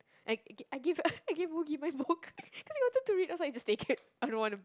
I give I give I give Woogie my book cause he wanted to read I was like just take it I don't want to